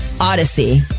Odyssey